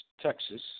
Texas